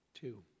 Two